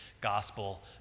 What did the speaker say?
gospel